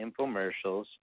infomercials